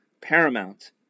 paramount